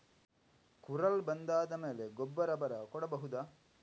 ಕುರಲ್ ಬಂದಾದ ಮೇಲೆ ಗೊಬ್ಬರ ಬರ ಕೊಡಬಹುದ?